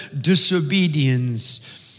disobedience